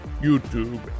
YouTube